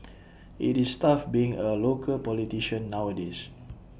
IT is tough being A local politician nowadays